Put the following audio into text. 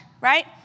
right